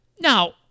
Now